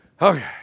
Okay